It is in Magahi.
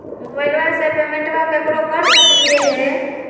मोबाइलबा से पेमेंटबा केकरो कर सकलिए है?